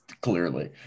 clearly